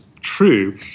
true